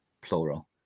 plural